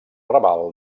raval